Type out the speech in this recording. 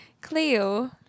Cleo